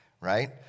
Right